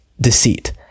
deceit